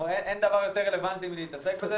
אין דבר יותר רלוונטי מלהתעסק בזה.